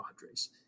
Padres